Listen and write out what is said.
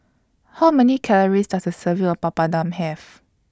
How Many Calories Does A Serving of Papadum Have